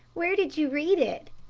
where did you read it?